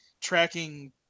tracking